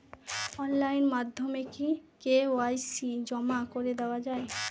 Online মাধ্যমে কি KYC জমা করে দেওয়া য়ায়?